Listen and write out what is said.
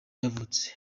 yavutse